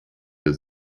der